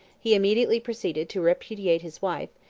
he immediately proceeded to repudiate his wife,